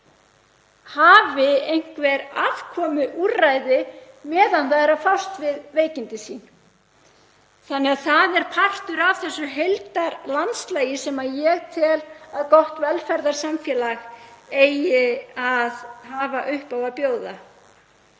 hafi einhver afkomuúrræði meðan það er að fást við veikindi sín. Það er partur af þessu heildarlandslagi sem ég tel að gott velferðarsamfélag eigi að hafa upp á að bjóða.